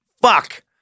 Fuck